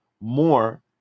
more